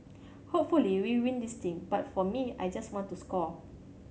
hopefully we win this thing but for me I just want to score